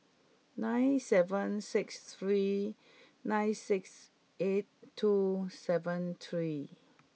nine seven six three nine six eight two seven three